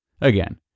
Again